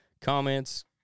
comments